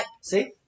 See